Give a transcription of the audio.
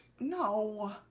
No